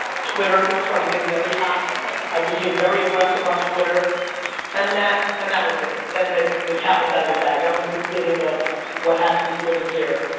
twitter started getting very hot i became very aggressive on twitter and that and that was it and the the cat was out of the bag, that was the beginning of what has me sitting here.